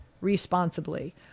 responsibly